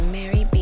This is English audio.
Mary